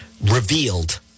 Revealed